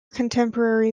contemporary